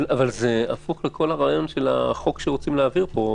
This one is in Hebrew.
אבל זה הפוך לכל הרעיון של החוק שרוצים להעביר פה,